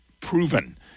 proven